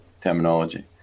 terminology